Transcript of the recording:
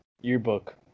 yearbook